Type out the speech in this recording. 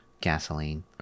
gasoline